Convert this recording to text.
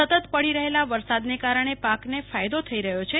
સતત પડી રહેલા વરસાદના કારણે પાકને ફાયદો થઈ રહ્યો છે